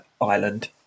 island